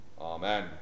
Amen